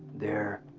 there,